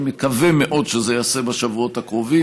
אני מאוד מאוד שזה ייעשה בשבועות הקרובים,